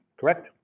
correct